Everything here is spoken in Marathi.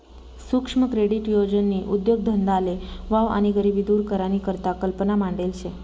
सुक्ष्म क्रेडीट योजननी उद्देगधंदाले वाव आणि गरिबी दूर करानी करता कल्पना मांडेल शे